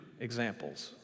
examples